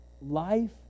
life